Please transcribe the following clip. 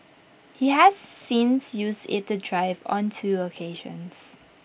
he has since used IT to drive on two occasions